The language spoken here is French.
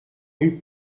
rue